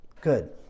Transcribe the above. Good